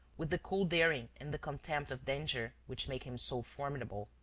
with the cool daring and the contempt of danger which make him so formidable.